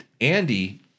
Andy